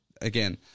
again